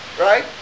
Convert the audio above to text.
right